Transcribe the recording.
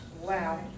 Wow